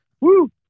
Woo